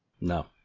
No